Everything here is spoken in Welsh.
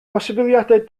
posibiliadau